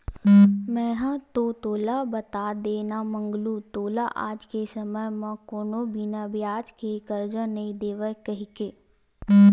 मेंहा तो तोला बता देव ना मंगलू तोला आज के समे म कोनो बिना बियाज के करजा नइ देवय कहिके